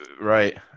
Right